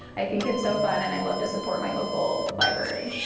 i think it's so fun and i love to support my local library.